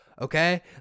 okay